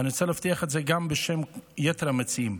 ואני רוצה להבטיח את זה גם בשם יתר המציעים,